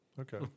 Okay